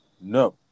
no